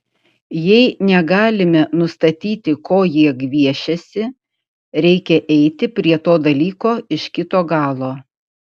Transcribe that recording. jei negalime nustatyti ko jie gviešiasi reikia eiti prie to dalyko iš kito galo